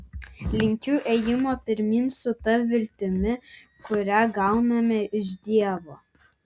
linkiu ėjimo pirmyn su ta viltimi kurią gauname iš dievo